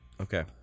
Okay